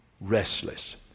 restless